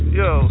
yo